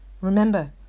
Remember